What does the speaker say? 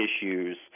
issues